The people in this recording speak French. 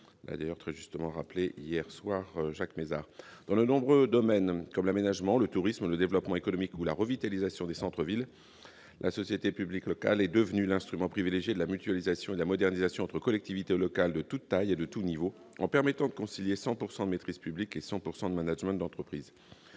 l'a très justement rappelé hier soir. Dans de nombreux domaines, comme l'aménagement, le tourisme, le développement économique ou la revitalisation des centres-villes, la société publique locale est devenue l'instrument privilégié de la mutualisation et de la modernisation entre collectivités locales de toutes tailles et de tous niveaux, en permettant de concilier 100 % de maîtrise publique et 100 % de d'entreprise.